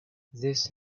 this